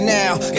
now